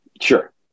Sure